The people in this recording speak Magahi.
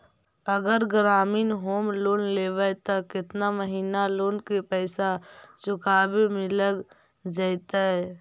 अगर ग्रामीण होम लोन लेबै त केतना महिना लोन के पैसा चुकावे में लग जैतै?